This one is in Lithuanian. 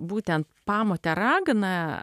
būtent pamotę raganą